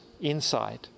inside